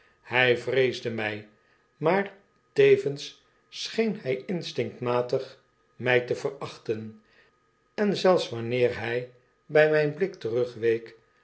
hij vreesde mij maar tevens scheen hij instinctmatig my te verachten en zelfs wanneer hij by mijn blik terugweek